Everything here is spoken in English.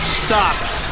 stops